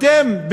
אתם,